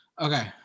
okay